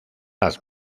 las